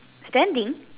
standing